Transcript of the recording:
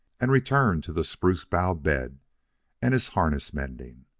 and returned to the spruce bough bed and his harness-mending.